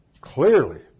clearly